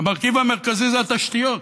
המרכיב המרכזי הוא התשתיות.